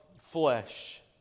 flesh